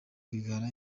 rwigara